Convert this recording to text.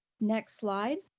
next slide.